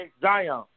Zion